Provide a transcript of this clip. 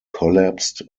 collapsed